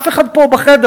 אף אחד פה בחדר,